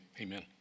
amen